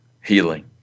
healing